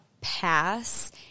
pass